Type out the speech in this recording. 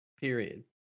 period